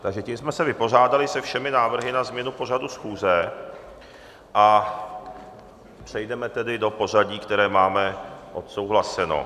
Takže tím jsme se vypořádali se všemi návrhy na změnu pořadu schůze a přejdeme do pořadí, které máme odsouhlaseno.